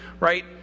Right